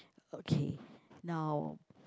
okay now